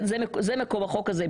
זה מקור החוק הזה.